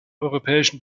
europäischen